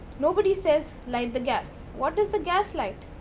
nobody says, light the gas. what does the gas light?